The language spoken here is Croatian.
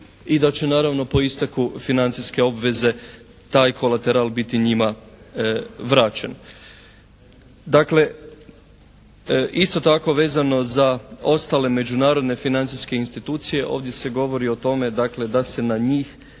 i da će naravno po isteku financijske obveze taj kolateral biti njima vraćen. Dakle, isto tako vezano za ostale međunarodne financijske institucije, ovdje se govori o tome dakle da se na njih